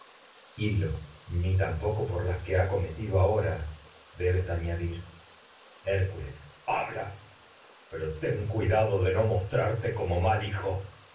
cometió ni hil lo tampoco por las que ha cometido aho ra debes añadir hércules habla te como pero ten cuidado de no mostrar mal hijo